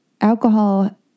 alcohol